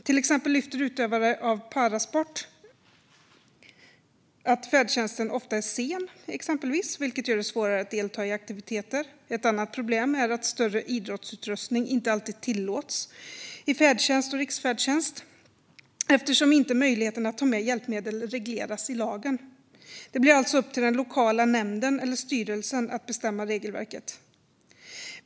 Till exempel lyfter utövare av parasport att färdtjänsten ofta är sen, vilket gör det svårare att delta i aktiviteter. Ett annat problem är att större idrottsutrustning inte alltid tillåts i färdtjänst och riksfärdtjänst eftersom möjligheten att ta med hjälpmedel inte regleras i lagen. Det blir alltså upp till den lokala nämnden eller styrelsen att bestämma regelverket.